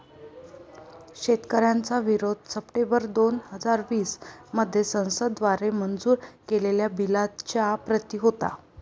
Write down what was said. शेतकऱ्यांचा विरोध सप्टेंबर दोन हजार वीस मध्ये संसद द्वारे मंजूर केलेल्या बिलच्या प्रति होता